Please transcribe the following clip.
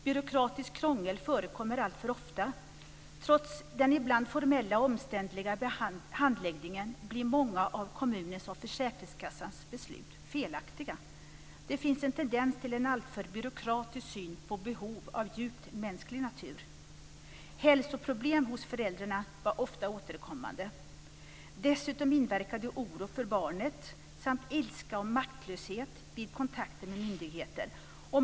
Byråkratiskt krångel förekommer alltför ofta. Trots den ibland formella och omständliga handläggningen blir många av kommunens och försäkringskassans beslut felaktiga. Det finns en tendens till en alltför byråkratisk syn på behov av djupt mänsklig natur. Hälsoproblem hos föräldrarna är ofta återkommande. Dessutom inverkar oro för barnet samt ilska och maktlöshet vid kontakter med myndigheter.